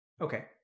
Okay